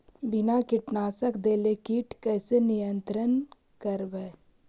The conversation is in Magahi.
बिना कीटनाशक देले किट कैसे नियंत्रन करबै?